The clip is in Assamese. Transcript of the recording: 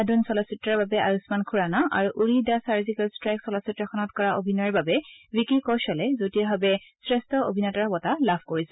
আন্ধাধুন চলচিত্ৰৰ বাবে আয়ুস্মান খুৰানা আৰু উৰি দ্যা চাৰ্জিকেল ট্ৰাইক চলচিত্ৰখনত কৰা অভিনয়ৰ বাবে বিকি কৌশালে যুটীয়াভাৱে শ্ৰেষ্ঠ অভিনেতাৰ বটা লাভ কৰিছে